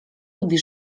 lubi